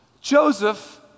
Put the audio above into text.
Joseph